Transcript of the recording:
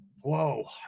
whoa